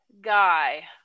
guy